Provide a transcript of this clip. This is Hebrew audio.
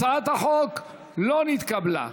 הצעת החוק לא נתקבלה.